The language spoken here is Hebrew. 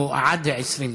דקות.